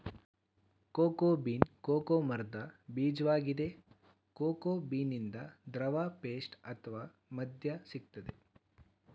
cocoa bean cocoa ಮರ್ದ ಬೀಜ್ವಾಗಿದೆ cocoa ಬೀನಿಂದ ದ್ರವ ಪೇಸ್ಟ್ ಅತ್ವ ಮದ್ಯ ಸಿಗ್ತದೆ